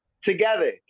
together